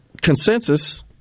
consensus